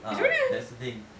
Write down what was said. ah that's the thing